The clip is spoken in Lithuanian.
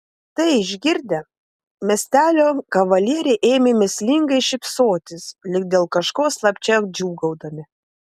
tai išgirdę miestelio kavalieriai ėmė mįslingai šypsotis lyg dėl kažko slapčia džiūgaudami